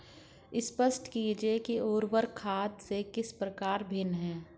स्पष्ट कीजिए कि उर्वरक खाद से किस प्रकार भिन्न है?